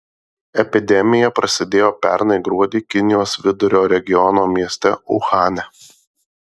epidemija prasidėjo pernai gruodį kinijos vidurio regiono mieste uhane